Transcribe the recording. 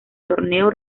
torneo